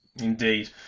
indeed